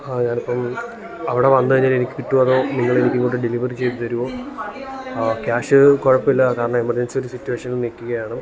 ഞാനിപ്പോള് അവിടെ വന്ന് കഴിഞ്ഞാലെനിക്ക് കിട്ടുവോ അതോ നിങ്ങളെനിക്കിങ്ങോട്ട് ഡെലിവർ ചെയ്ത് തരുവോ ക്യാഷ് കുഴപ്പമില്ല കാരണം എമർജൻസി ഒരു സിറ്റുവേഷനിൽ നില്ക്കുകയാണ്